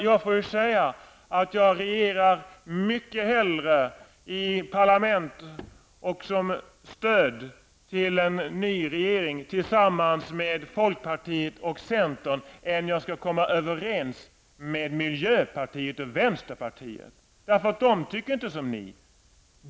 Jag själv agerar mycket hellre i ett parlament som stöd till en ny regering tillsammans med folkpartiet och centern än tillsammans med miljöpartiet och vänsterpartiet, därför att de inte tycker som ni.